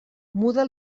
muda